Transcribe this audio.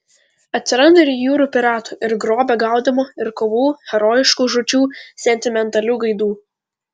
atsiranda ir jūrų piratų ir grobio gaudymo ir kovų herojiškų žūčių sentimentalių gaidų